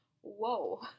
whoa